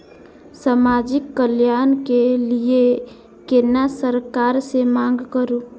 समाजिक कल्याण के लीऐ केना सरकार से मांग करु?